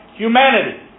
Humanity